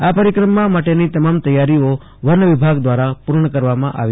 આ પરિક્રમા માટેની તમામ તૈયારીઓ વનવિભાગ દ્રારા પુર્ણ કરવામાં આવી છે